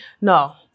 No